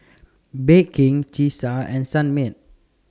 Bake King Cesar and Sunmaid